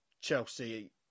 Chelsea